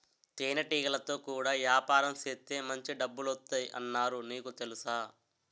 తేనెటీగలతో కూడా యాపారం సేత్తే మాంచి డబ్బులొత్తాయ్ అన్నారు నీకు తెలుసా?